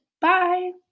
bye